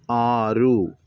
ಆರು